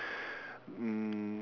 um